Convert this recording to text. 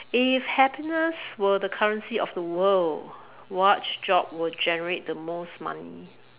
if happiness were the currency of the world what job would generate the most money